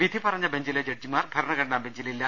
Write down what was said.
വിധി പറഞ്ഞ ബെഞ്ചിലെ ജഡ്ജിമാർ ഭരണഘടനാ ബെഞ്ചിലില്ല